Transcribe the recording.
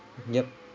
yup